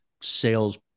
sales